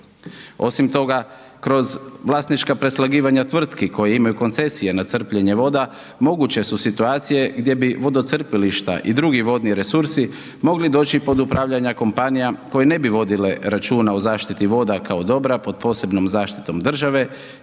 Osim toga kroz vlasnička preslagivanja tvrtki koje imaju koncesije nad crpljenje voda moguće su situacije gdje bi vodocrpilišta i drugi vodni resursi mogli doći pod upravljanja kompanija koje ne bi vodile računa o zaštiti voda kao dobra pod posebnom zaštitom države,